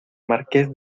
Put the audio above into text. marqués